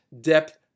depth